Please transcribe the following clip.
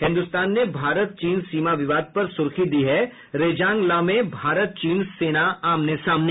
हिन्दुस्तान ने भारत चीन सीमा विवाद पर सुर्खी दी है रेजांग ला में भारत चीन सेना आमने सामने